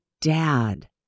dad